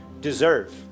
deserve